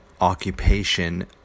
occupation